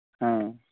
ᱦᱮᱸ